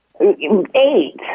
Eight